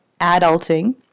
adulting